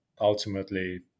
ultimately